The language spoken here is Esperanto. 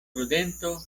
prudento